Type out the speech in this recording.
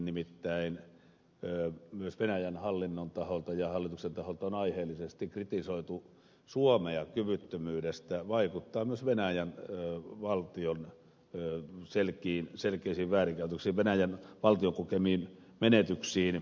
nimittäin myös venäjän hallinnon taholta ja hallituksen taholta on aiheellisesti kritisoitu suomea kyvyttömyydestä vaikuttaa myös venäjän valtion selkeisiin väärinkäytöksiin venäjän valtion kokemiin menetyksiin